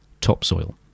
topsoil